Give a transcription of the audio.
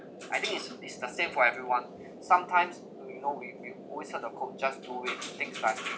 I think is is the same for everyone sometimes when we know we we always heard the quote just do it good things will happen